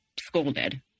scolded